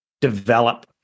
develop